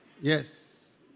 Yes